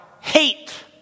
hate